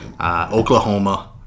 Oklahoma